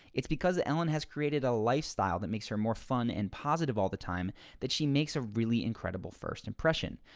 it's because that ellen has created a lifestyle that makes her more fun and positive all the time that she makes a really incredible first impression.